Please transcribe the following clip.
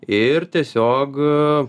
ir tiesiog